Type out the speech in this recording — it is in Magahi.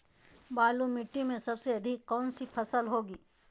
बालू मिट्टी में सबसे अधिक कौन सी फसल होगी?